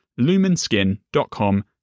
lumenskin.com